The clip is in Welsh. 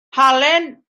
halen